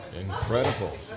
Incredible